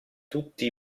tutti